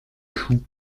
chou